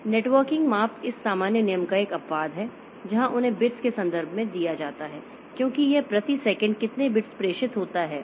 इसलिए नेटवर्किंग माप इस सामान्य नियम का एक अपवाद है जहां उन्हें बिट्स के संदर्भ में दिया जाता है क्योंकि यह प्रति सेकंड कितने बिट्स प्रेषित होता है